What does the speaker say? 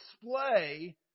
display